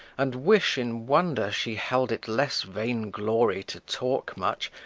and wish, in wonder, she held it less vain-glory to talk much,